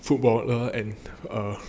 footballer and err